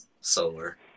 Solar